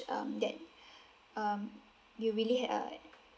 um that um you really had a